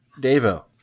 Davo